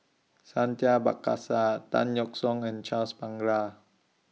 Santha Tan Yeok Seong and Charles Paglar